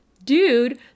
dude